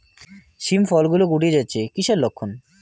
শিম ফল গুলো গুটিয়ে যাচ্ছে কিসের লক্ষন?